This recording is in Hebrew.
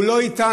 הוא לא אתנו.